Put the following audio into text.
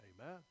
Amen